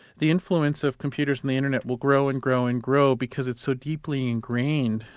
the influence of computers and the internet will grow and grow and grow because it's so deeply ingrained,